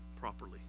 properly